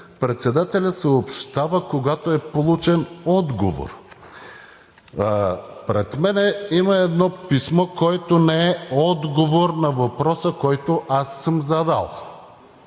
председателят съобщава, когато е получен отговор. Пред мен има едно писмо, което не е отговор на въпроса, който аз съм задал.